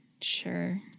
sure